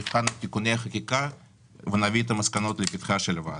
נבחן את תיקוני החקיקה ונביא את המסקנות לפתחה של הוועדה.